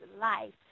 life